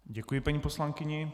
Děkuji paní poslankyni.